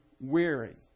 weary